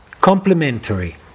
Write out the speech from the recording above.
complementary